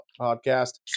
Podcast